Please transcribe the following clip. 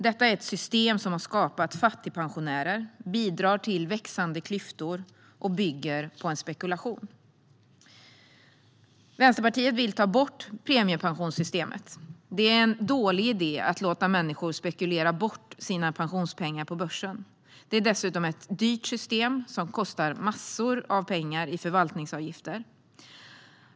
Detta är ett system som har skapat fattigpensionärer, som bidrar till växande klyftor och som bygger på spekulation. Vänsterpartiet vill ta bort premiepensionssystemet. Det är en dålig idé att låta människor spekulera bort sina pensionspengar på börsen. Detta är dessutom ett dyrt system som kostar massor av pengar i förvaltningsavgifter.